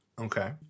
Okay